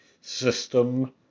system